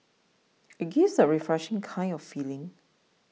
it gives a refreshing kind of feeling